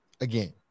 Again